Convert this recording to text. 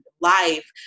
life